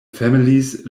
families